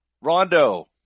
Rondo